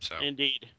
Indeed